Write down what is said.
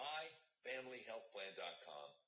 MyFamilyHealthPlan.com